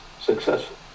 successful